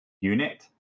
unit